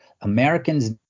Americans